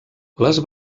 les